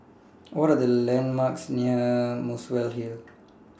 What Are The landmarks near Muswell Hill